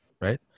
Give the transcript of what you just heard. right